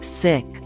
sick